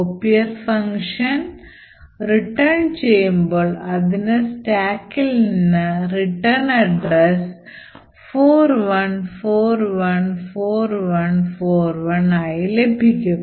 Copier function മടങ്ങുമ്പോൾ അതിന് സ്റ്റാക്കിൽ നിന്ന് റിട്ടേൺ വിലാസം 41414141 ആയി ലഭിക്കും